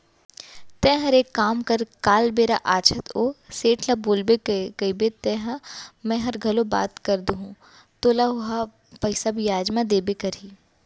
तैंहर एक काम कर काल बेरा आछत ओ सेठ ल बोलबे कइबे त मैंहर घलौ बात कर दूहूं तोला ओहा करजा बियाज म देबे करही